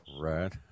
Right